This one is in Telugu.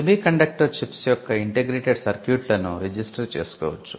సెమీకండక్టర్ చిప్స్ యొక్క ఇంటిగ్రేటెడ్ సర్క్యూట్లను రిజిస్టర్ చేసుకోవచ్చు